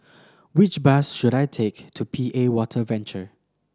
which bus should I take to P A Water Venture